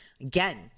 Again